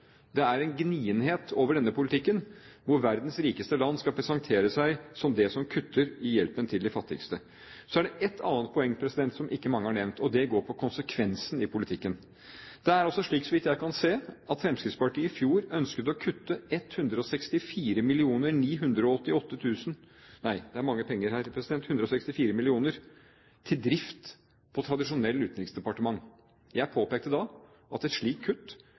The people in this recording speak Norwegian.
Det er en gnienhet over denne politikken, hvor verdens rikeste land skal presentere seg som de som kutter i hjelpen til de fattigste. Så er det ett annet poeng, som ikke mange har nevnt, og det går på konsekvensen i politikken. Det er altså slik, så vidt jeg kan se, at Fremskrittspartiet i fjor ønsket å kutte 164